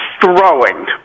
throwing